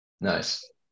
Nice